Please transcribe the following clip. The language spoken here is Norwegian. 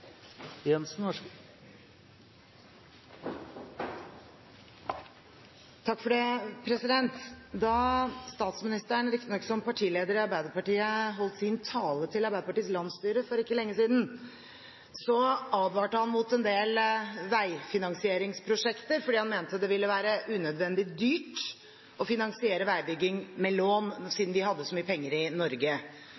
Da statsministeren – riktignok som partileder i Arbeiderpartiet – holdt sin tale til Arbeiderpartiets landsstyre for ikke lenge siden, advarte han mot en del veifinansieringsprosjekter fordi han mente det ville være unødvendig dyrt å finansiere veibygging med lån